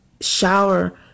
shower